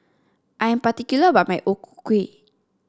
I am particular about my O Ku Kueh